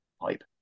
pipe